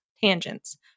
tangents